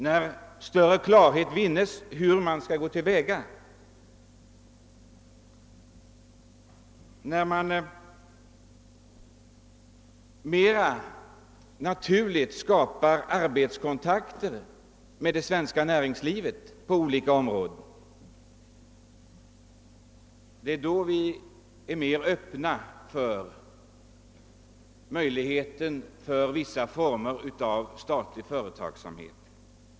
När större kunskap vinnes om hur man bör gå till väga och när kontakter tas med det enskilda näringslivet på ett naturligt sätt, är vi öppna för vissa former av statlig företagsamhet.